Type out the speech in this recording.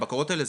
הבקרות האלה,